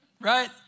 right